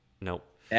Nope